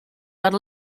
had